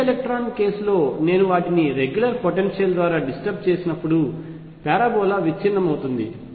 free electron కేసులో నేను వాటిని రెగ్యులర్ పొటెన్షియల్ ద్వారా డిస్టర్బ్ చేసినప్పుడు పారాబోలా విచ్ఛిన్నమవుతుంది